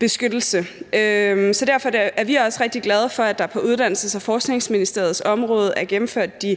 beskyttelse. Derfor er vi også rigtig glade for, at der på Uddannelses- og Forskningsministeriets område er gennemført de